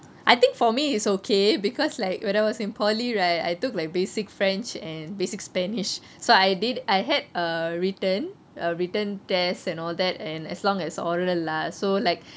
I think for me is okay because like when I was in polytechnic right I took like basic french and basic spanish so I did I had err written a written test and all that and as long as oral lah so like